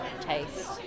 taste